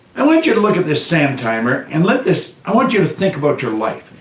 i want you to look at this sand timer, and let this, i want you to think about your life.